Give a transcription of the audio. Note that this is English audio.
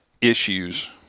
issues